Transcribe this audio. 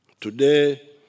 Today